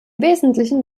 wesentlichen